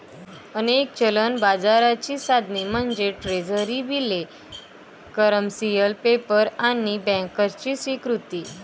अनेक चलन बाजाराची साधने म्हणजे ट्रेझरी बिले, कमर्शियल पेपर आणि बँकर्सची स्वीकृती